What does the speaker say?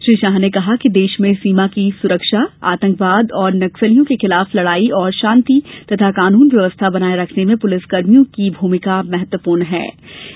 श्री शाह ने कहा कि देश में सीमा की सुरक्षा आतंकवाद और नक्स लियों के खिलाफ लड़ाई तथा शांति और कानून व्ययवस्था बनाये रखने में पुलिसकर्मियों की महत्वपूर्ण भूमिका होती है